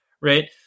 right